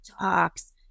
talks